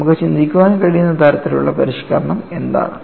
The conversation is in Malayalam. നമുക്ക് ചിന്തിക്കാൻ കഴിയുന്ന തരത്തിലുള്ള പരിഷ്ക്കരണം എന്താണ്